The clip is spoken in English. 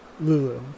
Lulu